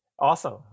Awesome